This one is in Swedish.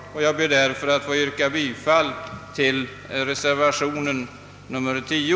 Jag ber därför att få yrka bifall till reservation nummer 10.